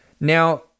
Now